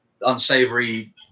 unsavory